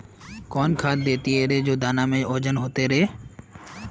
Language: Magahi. कौन खाद देथियेरे जे दाना में ओजन होते रेह?